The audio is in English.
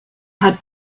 had